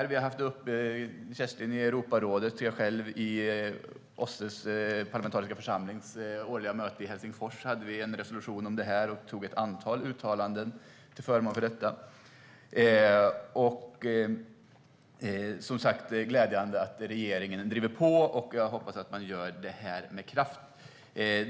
Kerstin har haft det uppe i Europarådet, och jag själv har haft det uppe i OSSE:s parlamentariska församlings årliga möte i Helsingfors. Vi hade en resolution om detta och antog ett antal uttalanden till förmån för detta. Det är som sagt glädjande att regeringen driver på, och jag hoppas att man gör det med kraft.